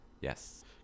Yes